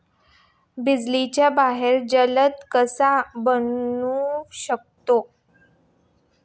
बिजलीचा बहर जलद कसा बनवू शकतो?